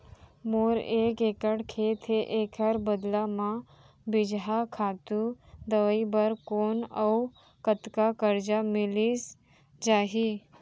मोर एक एक्कड़ खेत हे, एखर बदला म बीजहा, खातू, दवई बर कोन अऊ कतका करजा मिलिस जाही?